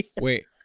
Wait